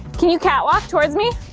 can you cat walk towards me?